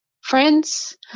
friends